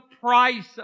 price